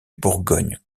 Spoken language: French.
bourgogne